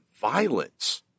violence